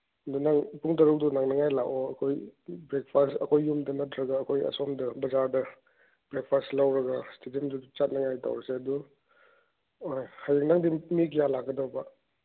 ꯑꯗꯨ ꯅꯪ ꯄꯨꯡ ꯇꯔꯨꯛꯇꯨ ꯅꯪꯅꯉꯥꯏ ꯂꯥꯛꯑꯣ ꯑꯩꯈꯣꯏ ꯕ꯭ꯔꯦꯛꯐꯥꯁ ꯑꯩꯈꯣꯏ ꯌꯨꯝꯗ ꯅꯠꯇ꯭ꯔꯒ ꯑꯩꯈꯣꯏ ꯑꯁꯣꯝꯗ ꯕꯖꯥꯔꯗ ꯕ꯭ꯔꯦꯛꯐꯥꯁ ꯂꯧꯔꯒ ꯏꯁꯇꯦꯗꯤꯌꯝꯗꯨꯗ ꯆꯠꯅꯉꯥꯏ ꯇꯧꯔꯁꯦ ꯑꯗꯨ ꯍꯣꯏ ꯍꯌꯦꯡ ꯅꯪꯗꯤ ꯃꯤ ꯀꯌꯥ ꯂꯥꯛꯀꯗꯧꯕ